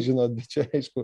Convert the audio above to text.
žinot bet čia aišku